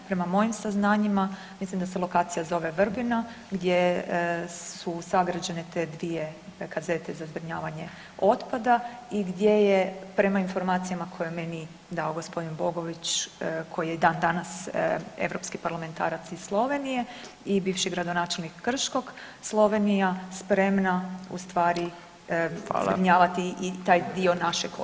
Prema mojim saznanjima mislim da se lokacija zove Vrbina gdje su sagrađene te dvije kazete za zbrinjavanje otpada i gdje je prema informacijama koje je meni dao gosp. Bogović koji je i dan danas europski parlamentarac iz Slovenije i bivši gradonačelnik Krškog, Slovenija spremna u stvari [[Upadica: Hvala.]] zbrinjavati i taj dio našeg [[Upadica: Hvala, vrijeme.]] otpada.